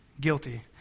Guilty